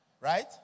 right